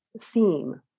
theme